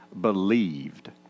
believed